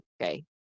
okay